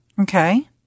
Okay